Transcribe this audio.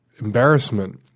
embarrassment